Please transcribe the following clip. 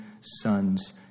sons